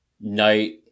night